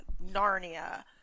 Narnia